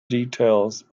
details